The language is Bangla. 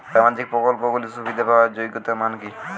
সামাজিক প্রকল্পগুলি সুবিধা পাওয়ার যোগ্যতা মান কি?